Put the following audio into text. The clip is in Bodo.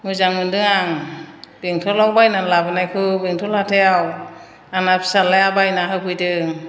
मोजां मोनदों आं बेंथलाव बायनानै लाबोनायखौ बेंथल हाथायाव आंना फिसाज्लाया बायना होफैदों